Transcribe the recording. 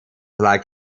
like